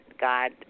God